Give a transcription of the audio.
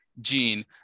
gene